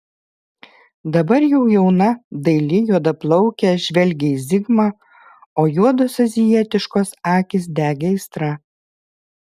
dabar jau jauna daili juodaplaukė žvelgė į zigmą o juodos azijietiškos akys degė aistra